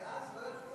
ואז לא יחול